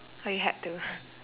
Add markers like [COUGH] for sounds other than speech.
oh you had to [NOISE]